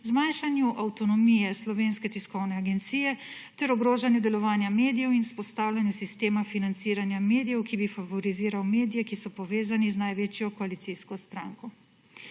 zmanjšanju avtonomije Slovenske tiskovne agencije ter ogrožanje delovanja medijev in vzpostavljanje sistema financiranja medijev, ki bi favoriziral medije, ki so povezani z največjo koalicijsko stranko.